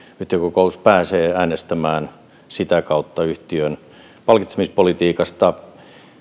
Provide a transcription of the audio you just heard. yhtiökokous pääsee äänestämään sitä kautta yhtiön palkitsemispolitiikasta